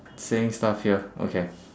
saying stuff here okay